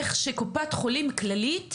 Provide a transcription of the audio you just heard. איך שקופת חולים כללית,